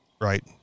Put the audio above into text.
right